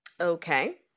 Okay